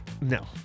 no